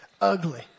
ugly